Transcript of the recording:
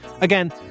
again